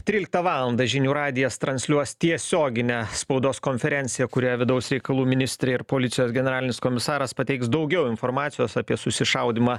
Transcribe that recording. tryliktą valandą žinių radijas transliuos tiesioginę spaudos konferenciją kurioje vidaus reikalų ministrė ir policijos generalinis komisaras pateiks daugiau informacijos apie susišaudymą